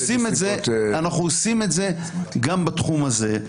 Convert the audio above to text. ואנחנו עושים את זה גם בתחום הזה.